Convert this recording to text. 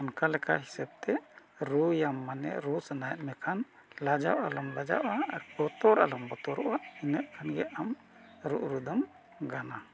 ᱚᱠᱟᱞᱮᱠᱟ ᱦᱤᱥᱟᱹᱵᱽ ᱛᱮ ᱨᱩᱭᱟᱢ ᱢᱟᱱᱮ ᱨᱩ ᱥᱟᱱᱟᱭᱮᱫ ᱢᱮᱠᱷᱟᱱ ᱞᱟᱡᱟᱣ ᱟᱞᱚᱢ ᱞᱟᱡᱟᱣᱚᱜᱼᱟ ᱟᱨ ᱵᱚᱛᱚᱨ ᱟᱞᱚᱢ ᱵᱚᱛᱚᱨᱚᱜᱼᱟ ᱤᱱᱟᱹᱜ ᱠᱷᱟᱱᱜᱮ ᱟᱢ ᱨᱩ ᱨᱩᱫᱚᱢ ᱜᱟᱱᱟ